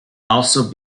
also